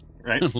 right